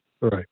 Right